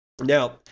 Now